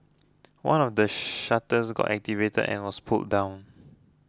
one of the shutters got activated and was pulled down